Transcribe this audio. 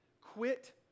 Quit